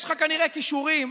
יש לך כנראה כישורים,